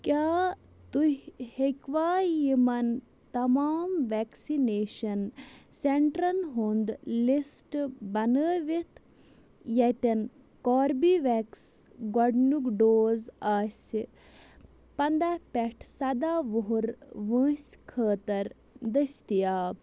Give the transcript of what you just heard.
کیٛاہ تُہۍ ہیٚکوا یِمَن تَمام ویکسِنیشن سینٹرن ہُنٛد لِسٹ بنٲوِتھ ییٚتٮ۪ن کوربِیویٚکس گۄڈنیُک ڈوز آسہِ پنٛداہ پٮ۪ٹھ سَداہ وُہُر وٲنٛسہِ خٲطرٕ دٔستِیاب